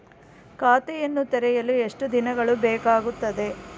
ಖಾತೆಯನ್ನು ತೆರೆಯಲು ಎಷ್ಟು ದಿನಗಳು ಬೇಕಾಗುತ್ತದೆ?